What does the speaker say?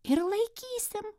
ir laikysime